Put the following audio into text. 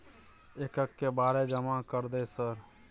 एक एक के बारे जमा कर दे सर?